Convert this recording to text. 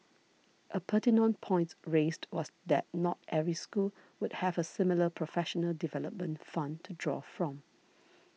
a pertinent point raised was that not every school would have a similar professional development fund to draw from